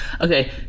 Okay